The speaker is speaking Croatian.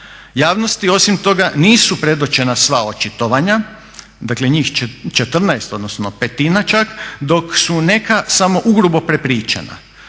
Javnosti osim toga nisu predočena sva očitovanja, dakle njih 14 odnosno petina čak, dok su neka samo ugrubo prepričana.